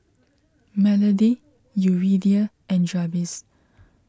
Melody Yuridia and Jabez